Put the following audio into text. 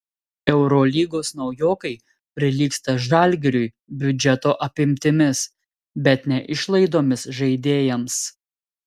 eurolygos naujokai prilygsta žalgiriui biudžeto apimtimis bet ne išlaidomis žaidėjams